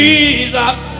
Jesus